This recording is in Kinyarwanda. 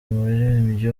umuririmbyi